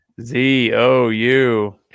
Z-O-U